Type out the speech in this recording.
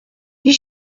die